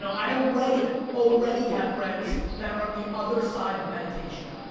so i already, already have friends that are on the other side of meditation.